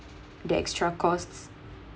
the extra costs